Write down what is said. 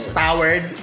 powered